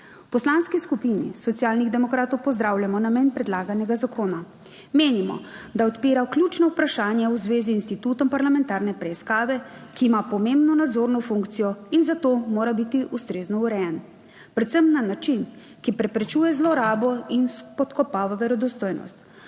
Poslanski skupini Socialnih demokratov pozdravljamo namen predlaganega zakona. Menimo, da odpira ključna vprašanja v zvezi z institutom parlamentarne preiskave, ki ima pomembno nadzorno funkcijo in zato mora biti ustrezno urejen. Predvsem na način, ki preprečuje zlorabo in spodkopava verodostojnost.